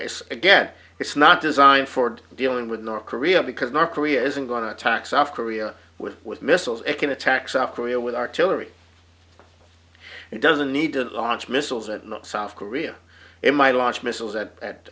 radar again it's not designed for dealing with north korea because north korea isn't going to attack south korea with with missiles it can attack south korea with artillery it doesn't need to launch missiles at not south korea it might launch missiles at